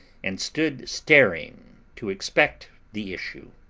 and stood staring to expect the issue,